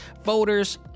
voters